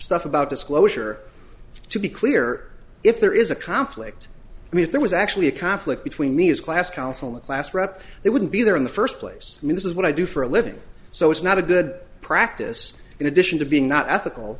stuff about disclosure to be clear if there is a conflict and if there was actually a conflict between me as class counsel the class rep it wouldn't be there in the first place i mean this is what i do for a living so it's not a good practice in addition to being not ethical